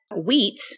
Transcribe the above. wheat